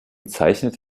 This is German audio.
zeichnet